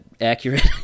accurate